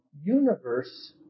universe